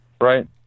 Right